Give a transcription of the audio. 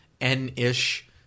N-ish